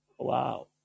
Wow